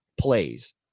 plays